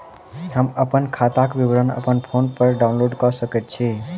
हम अप्पन खाताक विवरण अप्पन फोन पर डाउनलोड कऽ सकैत छी?